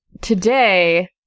Today